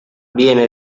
viene